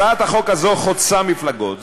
הצעת החוק הזו חוצה מפלגות.